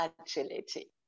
agility